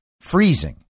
freezing